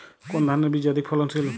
কোন ধানের বীজ অধিক ফলনশীল?